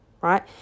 right